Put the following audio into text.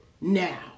now